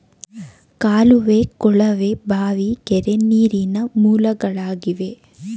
ಕಾಲುವೆ, ಕೊಳವೆ ಬಾವಿ, ಕೆರೆ, ನೀರಿನ ಮೂಲಗಳಾಗಿವೆ